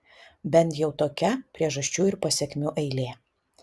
bent jau tokia priežasčių ir pasekmių eilė